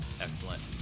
excellent